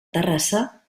terrassa